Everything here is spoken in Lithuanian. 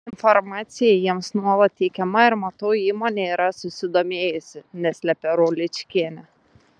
informacija jiems nuolat teikiama ir matau įmonė yra susidomėjusi neslepia rauličkienė